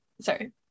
Sorry